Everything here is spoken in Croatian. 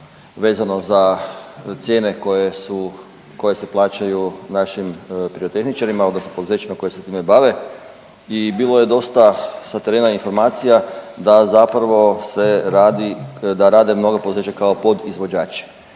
vezano za cijene koje se plaćaju našim pirotehničarima, odnosno poduzećima koja se time bave. I bilo je dosta sa terena informacija da zapravo se radi, da rade mnoga poduzeća kao podizvođači.